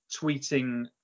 tweeting